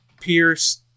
Pierce